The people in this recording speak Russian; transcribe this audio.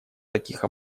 таких